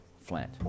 Flint